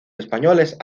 españoles